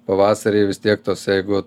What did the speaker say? pavasarį vis tiek tos jeigu